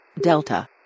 Delta